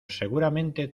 seguramente